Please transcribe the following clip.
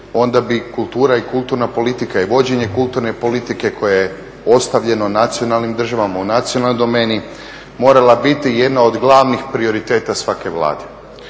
onda bi kultura i kulturna politika i vođenje kulturne politike koje je ostavljeno nacionalnim državama u nacionalnoj domeni morala biti jedna od glavnih prioriteta svake Vlade.